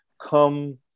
come